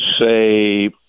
say